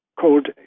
called